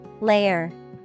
Layer